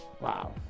Wow